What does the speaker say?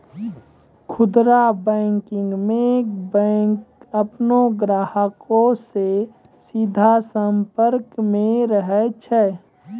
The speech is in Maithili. खुदरा बैंकिंग मे बैंक अपनो ग्राहको से सीधा संपर्क मे रहै छै